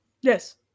Yes